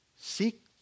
seek